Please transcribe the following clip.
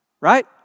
right